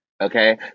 okay